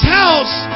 house